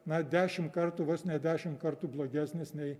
na dešim kartų vos ne dešim kartų blogesnis nei